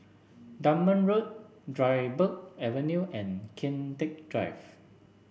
Dunman Road Dryburgh Avenue and Kian Teck Drive